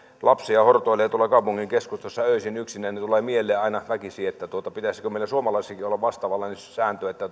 lapsia hortoilee tuolla kaupungin keskustassa öisin yksinään niin tulee mieleen aina väkisin pitäisikö meillä suomalaisillakin olla vastaavanlainen sääntö että